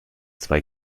zwei